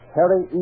Harry